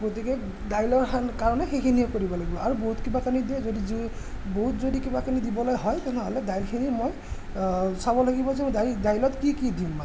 গতিকে দাইলৰ কাৰণে সেইখিনিয়ে কৰিব লাগিব আৰু বহুত কিবা কানি দিয়ে যদি জুইত বহুত জুই দি কিবা কানি দিবলৈ হয় তেনেহ'লে দাইলখিনি মই চাব লাগিব যে মই দাইল দাইলত কি কি দিম মানে